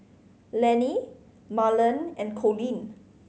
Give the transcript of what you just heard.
Lanny Marlen and Colleen